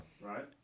right